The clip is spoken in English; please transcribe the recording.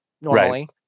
normally